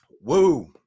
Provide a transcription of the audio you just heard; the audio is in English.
Woo